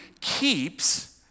keeps